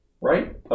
right